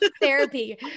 therapy